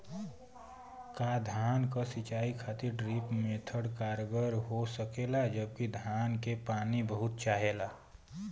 का धान क सिंचाई खातिर ड्रिप मेथड कारगर हो सकेला जबकि धान के पानी बहुत चाहेला?